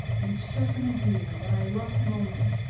and chirp in his ear that i love him only,